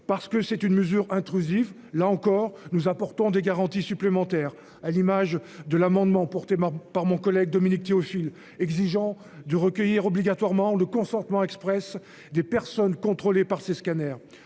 parce que c'est une mesure intrusif, là encore, nous apportons des garanties supplémentaires à l'image de l'amendement porté par mon collègue Dominique Théophile exigeant de recueillir obligatoirement le consentement Express des personnes contrôlées par ces scanners.